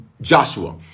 Joshua